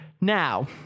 Now